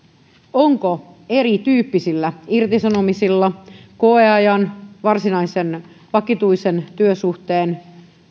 niin onko erityyppisillä irtisanomisilla koeajalla varsinaisessa vakituisessa työsuhteessa